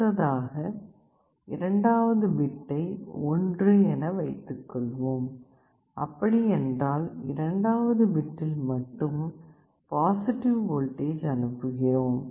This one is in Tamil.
அடுத்ததாக இரண்டாவது பிட்டை 1 என வைத்துக்கொள்வோம் அப்படி என்றால் இரண்டாவது பிட்டில் மட்டும் பாசிட்டிவ் வோல்டேஜ் அனுப்புகிறோம்